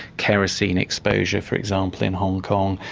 kerosene exposure for example in hong kong.